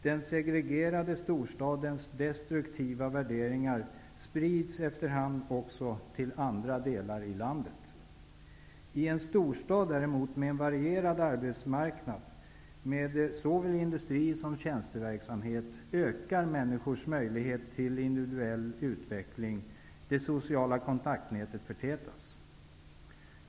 Den segregerade storstadens destruktiva värderingar sprids efter hand också till andra delar av landet. I en storstad med en varierad arbetsmarknad, med såväl industri som tjänsteverksamhet, ökar däremot människors möjlighet till individuell utveckling. Det sociala kontaktnätet förtätas.